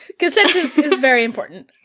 consent is very important.